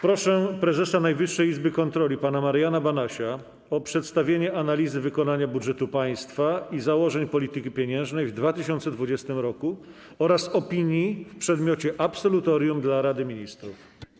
Proszę prezesa Najwyższej Izby Kontroli pana Mariana Banasia o przedstawienie analizy wykonania budżetu państwa i założeń polityki pieniężnej w 2020 r. oraz opinii w przedmiocie absolutorium dla Rady Ministrów.